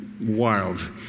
wild